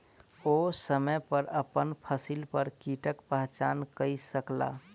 ओ समय पर अपन फसिल पर कीटक पहचान कय सकला